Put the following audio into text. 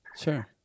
Sure